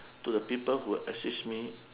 to the people who assist me